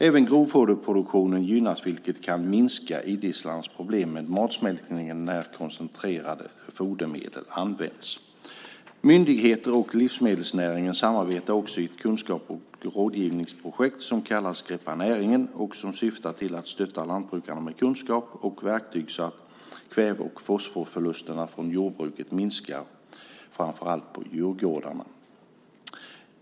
Även grovfoderproduktion gynnas, vilket kan minska idisslarnas problem med matsmältningen när koncentrerade fodermedel används. Myndigheter och livsmedelsnäringen samarbetar också i ett kunskaps och rådgivningsprojekt som kallas Greppa näringen och som syftar till att stötta lantbrukarna med kunskap och verktyg så att kväve och fosforförlusterna från jordbruket minskar framför allt på djurgårdarna.